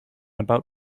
about